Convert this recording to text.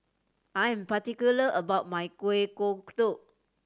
I am particular about my Kueh Kodok